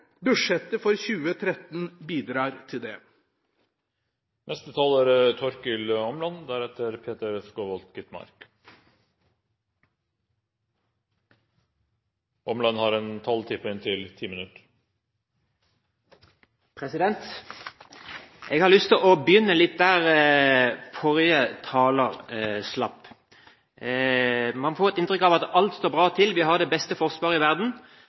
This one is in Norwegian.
Budsjettet for 2013 bidrar til det. Jeg har lyst til å begynne litt der forrige taler slapp. Man får et inntrykk av at alt står bra til. Vi har det beste forsvar i verden,